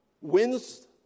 wins